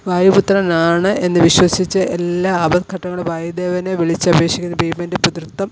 വായുപുത്രനാണ് എന്ന് വിശ്വസിച്ച് എല്ലാ ആപത്ഘട്ടങ്ങളിലും വായുദേവനെ വിളിച്ച് അപേക്ഷിക്കുന്ന ഭീമൻ്റെ പിതൃത്വം